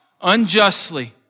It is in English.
unjustly